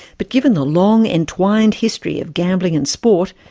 but given the long entwined history of gambling and sport,